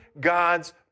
God's